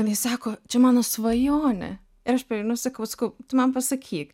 jinai sako čia mano svajonė ir aš prieinu ir sakau sakau tu man pasakyk